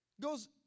goes